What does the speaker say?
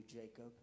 Jacob